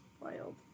wild